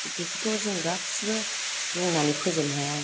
बेखौथ' जों गासैबो बुंनानै फोजोबनो हाया